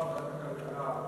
ועדת הכלכלה,